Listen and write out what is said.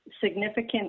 significant